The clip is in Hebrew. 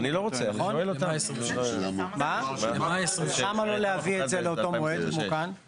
למה לא להביא את זה לאותו המועד כמו כאן?